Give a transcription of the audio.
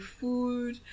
food